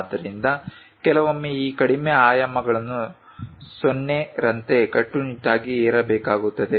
ಆದ್ದರಿಂದ ಕೆಲವೊಮ್ಮೆ ಈ ಕಡಿಮೆ ಆಯಾಮಗಳನ್ನು 0 ರಂತೆ ಕಟ್ಟುನಿಟ್ಟಾಗಿ ಹೇರಬೇಕಾಗುತ್ತದೆ